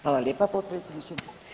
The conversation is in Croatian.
Hvala lijepa potpredsjedniče.